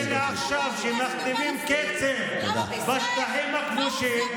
הם אלה שעכשיו מכתיבים קצב בשטחים הכבושים.